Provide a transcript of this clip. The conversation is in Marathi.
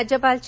राज्यपाल चे